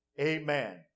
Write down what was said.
amen